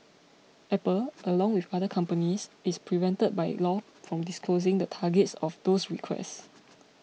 apple along with other companies is prevented by law from disclosing the targets of those requests